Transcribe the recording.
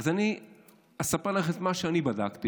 אני אספר לך את מה שאני בדקתי,